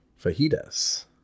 fajitas